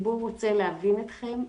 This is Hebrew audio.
הציבור רוצה להבין אתכם,